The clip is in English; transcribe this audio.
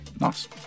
Nice